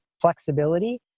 flexibility